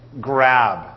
grab